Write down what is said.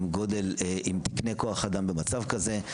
בגודל, עם תקני כוח אדם במצב כזה.